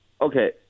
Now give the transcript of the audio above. okay